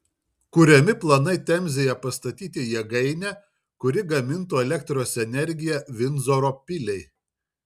kuriami planai temzėje pastatyti jėgainę kuri gamintų elektros energiją vindzoro piliai